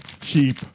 Cheap